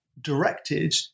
directed